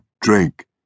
drink